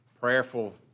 prayerful